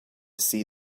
see